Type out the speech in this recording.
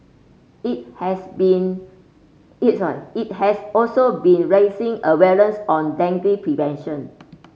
it has been it has also been raising awareness on dengue prevention